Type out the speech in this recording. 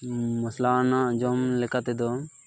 ᱢᱚᱥᱞᱟᱣᱟᱱᱟᱜ ᱡᱚᱢ ᱞᱮᱠᱟ ᱛᱮᱫᱚ